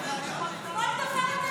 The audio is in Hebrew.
כל דבר אתם דורסים?